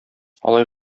алай